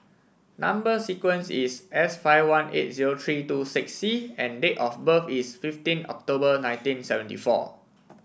number sequence is S five one eight zero three two six C and date of birth is fifteen October nineteen seventy four